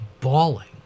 bawling